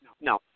no